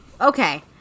Okay